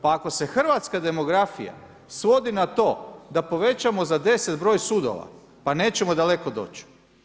Pa ako se hrvatska demografija svodi na to da povećamo za deset broj sudova pa nećemo daleko doći.